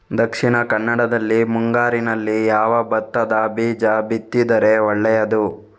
ದಕ್ಷಿಣ ಕನ್ನಡದಲ್ಲಿ ಮುಂಗಾರಿನಲ್ಲಿ ಯಾವ ಭತ್ತದ ಬೀಜ ಬಿತ್ತಿದರೆ ಒಳ್ಳೆಯದು?